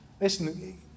Listen